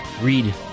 Read